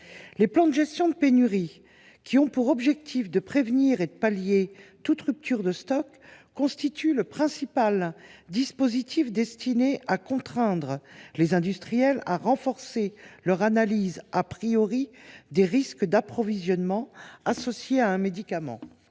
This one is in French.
Les plans de gestion des pénuries, qui ont pour objectif de prévenir et de pallier toute rupture de stock, constituent le principal dispositif destiné à contraindre les industriels à renforcer leur analyse des risques d’approvisionnement associés à un médicament.